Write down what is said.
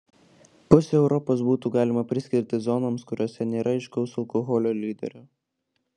pusę europos būtų galima priskirti zonoms kuriose nėra aiškaus alkoholio lyderio